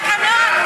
בתקנון.